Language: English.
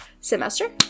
semester